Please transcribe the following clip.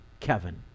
kevin